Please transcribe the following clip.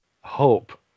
hope